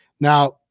Now